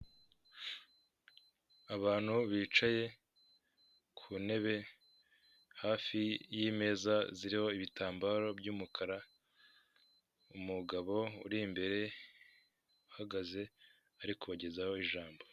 Abantu bicaye ku ntebe hafi y'imeza ziriho ibitambaro by'umukara, umugabo uri imbere uhagaze ari kubagezaho ijambo.